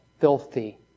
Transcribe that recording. filthy